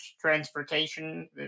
transportation